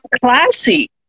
classy